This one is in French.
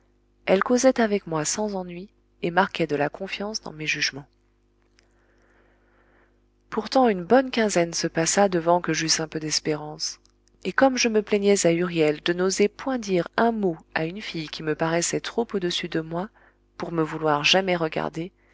elle causait avec moi sans ennui et marquait de la confiance dans mes jugements pourtant une bonne quinzaine se passa devant que j'eusse un peu d'espérance et comme je me plaignais à huriel de n'oser point dire un mot à une fille qui me paraissait trop au-dessus de moi pour me vouloir jamais regarder